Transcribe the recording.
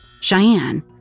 Cheyenne